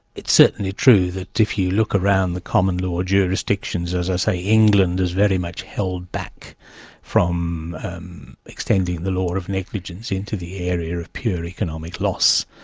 it's certainly true that if you look around the common law jurisdictions, as i say, england has very much held back from um extending the law of negligence into the area of pure economic loss.